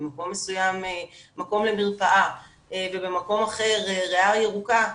במקום מסוים מקום למרפאה ובמקום אחר ריאה ירוקה,